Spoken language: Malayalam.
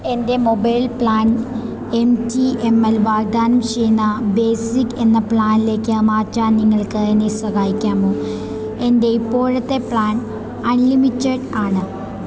എൻ്റെ mobile plan M T M L വാഗ്ദാനം ചെയ്യുന്ന ബേസിക്ക് എന്ന പ്ലാനിലേക്ക് മാറ്റാൻ നിങ്ങൾക്ക് എന്നെ സഹായിക്കാമോ എൻ്റെ ഇപ്പോഴത്തെ പ്ലാൻ അൺലിമിറ്റഡ് ആണ്